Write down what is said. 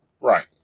Right